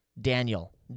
Daniel